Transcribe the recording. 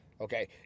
Okay